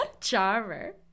charmer